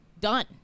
done